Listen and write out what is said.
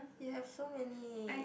you have so many